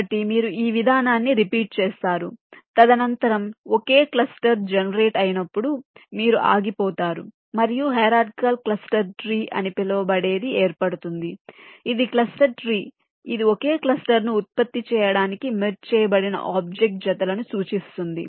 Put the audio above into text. కాబట్టి మీరు ఈ విధానాన్ని రిపీట్ చేస్తారు తదనంతరం ఒకే క్లస్టర్ జెనెరేట్ అయినప్పుడు మీరు ఆగిపోతారు మరియు హిరార్చికాల్ క్లస్టర్ ట్రీ అని పిలువబడేది ఏర్పడుతుంది ఇది క్లస్టర్ ట్రీ ఇది ఒకే క్లస్టర్ను ఉత్పత్తి చేయడానికి మెర్జ్ చేయబడిన ఆబ్జెక్ట్ జతలను సూచిస్తుంది